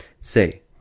Say